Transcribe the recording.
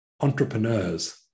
entrepreneurs